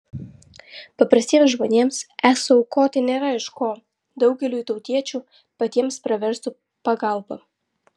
paprastiems žmonėms esą aukoti nėra iš ko daugeliui tautiečių patiems pravestų pagalba